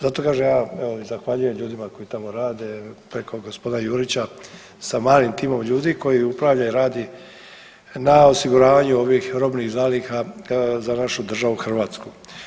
Zato kažem ja evo i zahvaljujem ljudima koji tamo rade, preko g. Jurića sa malim timom ljudi koji upravlja i radi na osiguravanju ovih robnih zaliha za našu državu Hrvatsku.